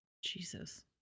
Jesus